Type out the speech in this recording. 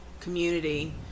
community